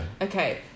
Okay